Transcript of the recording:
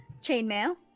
chainmail